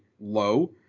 low